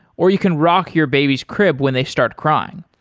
or you can rock your baby's crib when they start crying.